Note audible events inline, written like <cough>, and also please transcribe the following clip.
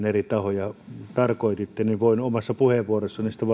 <unintelligible> eri tahoja kaiken kaikkiaan tarkoititte ja voin omassa puheenvuorossani sitten <unintelligible>